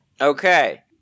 Okay